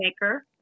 maker